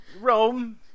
Rome